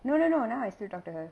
no no no now I still talk to her